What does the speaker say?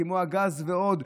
כמו הגז ועוד,